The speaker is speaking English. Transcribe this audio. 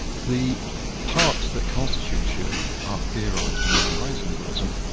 the parts that constitute you are theorised in many ways in buddhism.